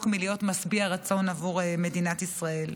מלהיות משביע רצון עבור מדינת ישראל.